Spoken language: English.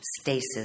stasis